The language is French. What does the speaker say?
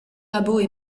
rabault